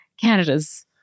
Canada's